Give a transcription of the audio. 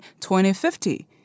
2050